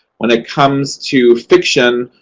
when it comes to fiction,